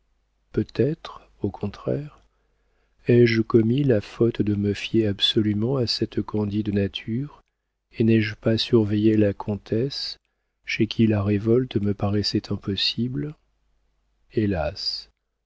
peut-être au contraire ai-je commis la faute de me fier absolument à cette candide nature et n'ai-je pas surveillé la comtesse chez qui la révolte me paraissait impossible hélas